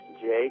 Jake